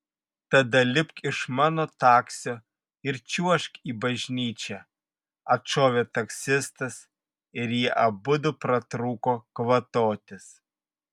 tada lipk iš mano taksio ir čiuožk į bažnyčią atšovė taksistas ir jie abudu pratrūko kvatotis